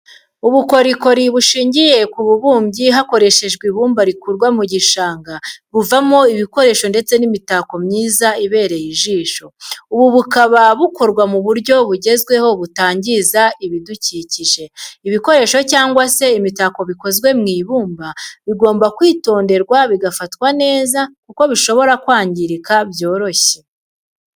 Ubukorikori bushingiye ku bubumbyi hakoreshejwe ibumba rikurwa mu gishanga buvamo ibikoresho ndetse n'imitako myiza ibereye ijisho, ubu bukaba bukorwa mu buryo bugezweho butangiza ibidukikije, ibikoresho cyangwa se imitako bikozwe mu ibumba bigomba kwitonderwa bigafatwa neza kuko bishobora kwangirika byoroshye.